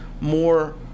more